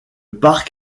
parc